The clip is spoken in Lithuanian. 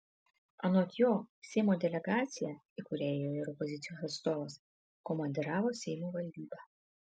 anot jo seimo delegaciją į kurią įėjo ir opozicijos atstovas komandiravo seimo valdyba